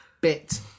bit